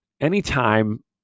Anytime